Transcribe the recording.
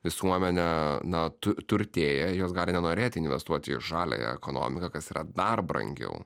visuomenė na tu turtėja jos gali nenorėti investuoti į žaliąją ekonomiką kas yra dar brangiau